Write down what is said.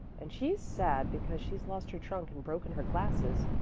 and she's sad because she's lost her trunk and broken her glasses.